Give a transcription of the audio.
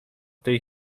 tej